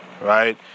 right